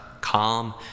calm